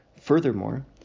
Furthermore